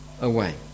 away